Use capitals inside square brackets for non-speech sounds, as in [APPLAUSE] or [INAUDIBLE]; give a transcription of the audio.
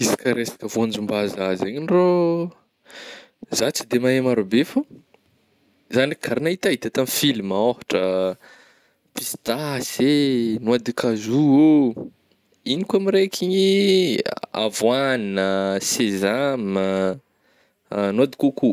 Izy ka resaka voanjom-bazaha zegny ndro, zah tsy de mahay maro be fô zah ndraiky ka raha nahitahita tamin'ny filma ôhatra pistasy eh, noix de cajou ô, ino ko mo raiky igny eh a-avoignigna, sesame ah, [HESITATION] noix de coco.